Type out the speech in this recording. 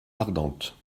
ardentes